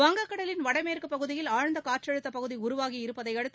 வங்கக்கடலின் வடமேற்குப் பகுதியில் ஆழ்ந்த காற்றழுத்த பகுதி உருவாகி இருப்பதையடுத்து